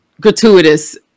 gratuitous